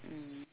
mm